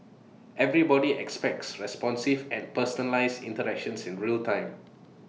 everybody expects responsive and personalised interactions in real time